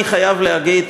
אני חייב להגיד,